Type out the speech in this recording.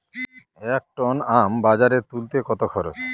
এক টন আম বাজারে তুলতে কত খরচ?